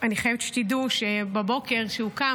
אני חייבת שתדעו שבבוקר כשהוא קם,